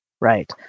Right